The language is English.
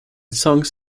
songs